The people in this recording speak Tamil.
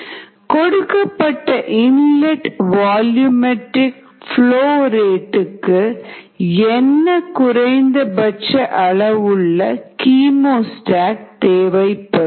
கொடுக்கப்பட்ட இன்லெட் வால்யூமெட்ரிக் ப்லோ ரேட்க்கு என்ன குறைந்தபட்ச அளவுள்ள கீமோஸ்டாட் தேவைப்படும்